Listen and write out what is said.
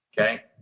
Okay